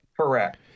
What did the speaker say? Correct